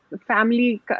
family